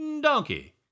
donkey